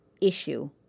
issue